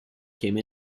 came